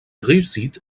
réussite